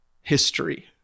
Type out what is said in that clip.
history